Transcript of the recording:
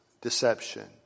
deception